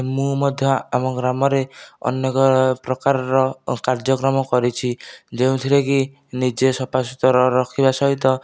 ମୁଁ ମଧ୍ୟ ଆମ ଗ୍ରାମରେ ଅନେକ ପ୍ରକାରର କାର୍ଯ୍ୟକ୍ରମ କରିଛି ଯେଉଁଥିରେକି ନିଜେ ସଫା ସୁତୁରା ରଖିବା ସହିତ